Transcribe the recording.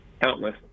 countless